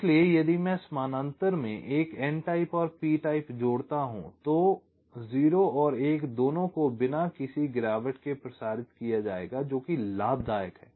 इसलिए यदि मैं समानांतर में एक n टाइप और p टाइप जोड़ता हूं तो 0 और 1 दोनों को बिना किसी गिरावट के प्रसारित किया जाएगा जो कि लाभदायक है